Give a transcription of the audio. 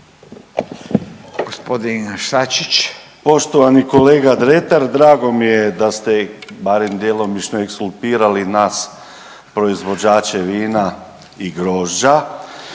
suverenisti)** Poštovani kolega Dretar, drago mi je da ste barem djelomično ekskulpirali nas proizvođače vina i grožđa,